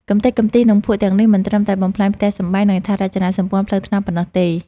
កម្ទេចកម្ទី និងភក់ទាំងនេះមិនត្រឹមតែបំផ្លាញផ្ទះសម្បែង និងហេដ្ឋារចនាសម្ព័ន្ធផ្លូវថ្នល់ប៉ុណ្ណោះទេ។